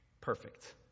perfect